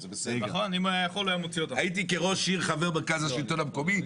הייתי כראש עיר חבר מרכז השלטון המקומי,